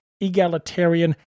egalitarian